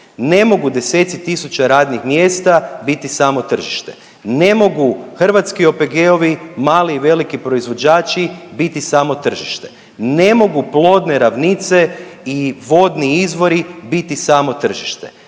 Ne mogu deseci tisuća radnih mjesta biti samo tržište. Ne mogu hrvatski OPG-ovi, mali i veliki proizvođači biti samo tržište. Ne mogu plodne ravnice i vodni izvori biti samo tržište.